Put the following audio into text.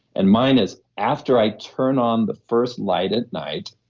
and mine is, after i turn on the first light at night,